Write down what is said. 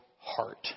heart